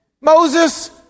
Moses